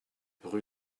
rue